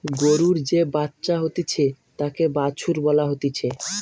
গরুর যে বাচ্চা হতিছে তাকে বাছুর বলা হতিছে